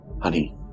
Honey